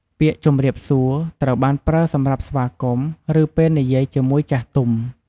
ពាក្យ "ជំរាបសួរ" ត្រូវបានប្រើសម្រាប់ស្វាគមន៍ ឬពេលនិយាយជាមួយចាស់ទុំ។